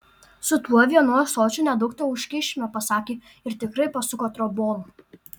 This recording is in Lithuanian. su tuo vienu ąsočiu nedaug teužkišime pasakė ir tikrai pasuko trobon